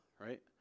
right